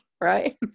right